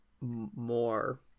more